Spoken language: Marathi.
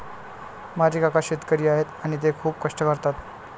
माझे काका शेतकरी आहेत आणि ते खूप कष्ट करतात